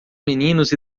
meninos